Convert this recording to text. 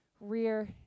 Rear